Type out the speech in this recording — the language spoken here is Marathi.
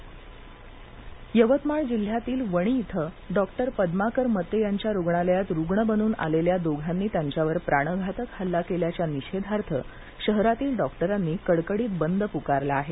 रूग्णालये बंद यवतमाळ यवतमाळ जिल्ह्यातील वणी इथं डॉक्टर पद्माकर मते यांच्या रुग्णालयात रुग्ण बनून आलेल्या दोघांनी त्यांच्यावर प्राणघातक हल्ला केल्याच्या निषेधार्थ शहरातील डॉक्टरांनी कडकडीत बंद पुकारला आहे